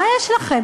מה יש לכם?